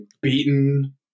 beaten